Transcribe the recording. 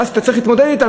ואז אתה צריך להתמודד אתם.